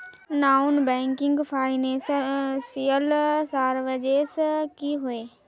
Non banking financial services की होय?